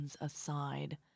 aside